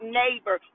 neighbor